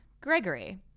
Gregory